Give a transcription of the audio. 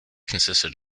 consisted